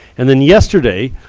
and then yesterday,